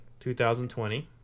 2020